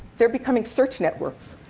they're becoming search networks.